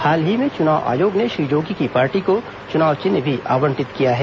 हाल ही में चुनाव आयोग ने श्री जोगी की पार्टी को चुनाव चिन्ह भी आवंटित किया है